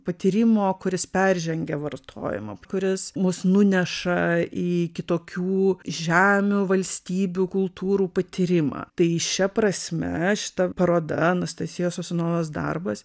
patyrimo kuris peržengia vartojimą kuris mus nuneša į kitokių žemių valstybių kultūrų patyrimą tai šia prasme šita paroda anastasijos sosunovos darbas